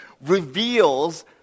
reveals